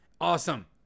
awesome